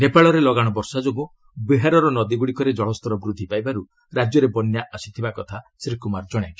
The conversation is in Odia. ନେପାଳରେ ଲଗାଣ ବର୍ଷା ଯୋଗୁଁ ବିହାରର ନଦୀଗୁଡ଼ିକରେ ଜଳସ୍ତର ବୃଦ୍ଧି ପାଇବାରୁ ରାଜ୍ୟରେ ବନ୍ୟା ଆସିଥିବାର ଶ୍ରୀ କୁମାର ଜଣାଇଛନ୍ତି